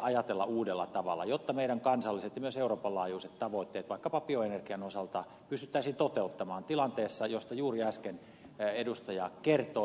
ajatella uudella tavalla jotta meidän kansalliset tavoitteemme ja myös euroopan laajuiset tavoitteet vaikkapa bioenergian osalta pystyttäisiin toteuttamaan tilanteessa josta juuri äsken edustaja kertoi